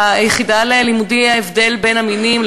והיחידה ללימודי ההבדל בין המינים,